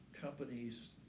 companies